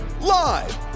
live